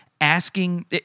asking